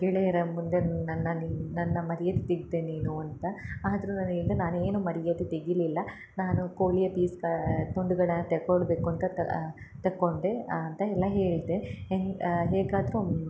ಗೆಳೆಯರ ಮುಂದೆ ನನ್ನ ನೀ ನನ್ನ ಮರ್ಯಾದಿ ತೆಗ್ದೆ ನೀನು ಅಂತ ಆದ್ರೂ ನಾನು ನಾನು ಏನೂ ಮರ್ಯಾದಿ ತೆಗಿಲಿಲ್ಲ ನಾನು ಕೋಳಿಯ ಪೀಸ್ಗ ತುಂಡುಗಳನ್ನ ತೆಕೊಳ್ಬೇಕು ಅಂತ ತ ತಕೊಂಡೆ ಅಂತ ಎಲ್ಲ ಹೇಳ್ದೆ ಹೆಂಗೆ ಹೇಗಾದರೂ